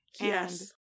Yes